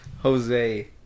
Jose